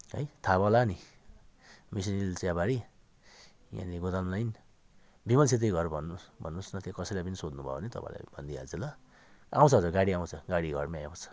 है थाहा भयो होला नि मिसन हिल चियाबारी यहाँनेरि गोदाम लाइन विमल छेत्रीको घर भन्नु होस् भन्नु होस् न त्यहाँ कसैलाई पनि सोध्नु भयो भने तपाईँलाई भनिदिइहाल्छ ल आउँछ हजुर गाडी आउँछ गाडी घरमै आउँछ